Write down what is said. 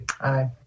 Aye